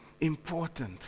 important